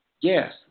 Yes